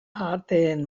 ahateen